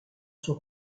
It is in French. son